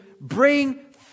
bring